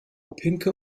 pinke